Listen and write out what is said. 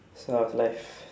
so how's life